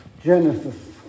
Genesis